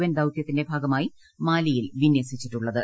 N ദൌത്യത്തിന്റെ ഭാഗ മായി മാലിയിൽ വിന്യസിച്ചിട്ടുള്ളത്